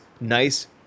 nice